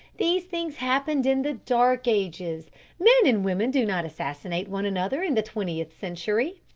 these things happened in the dark ages men and women do not assassinate one another in the twentieth century.